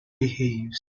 behaves